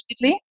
immediately